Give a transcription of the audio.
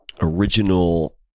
original